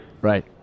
Right